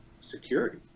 security